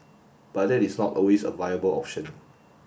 but that is not always a viable option